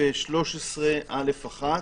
לסעיף 13(א1)